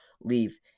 leave